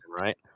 right